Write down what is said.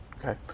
Okay